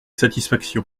satisfaction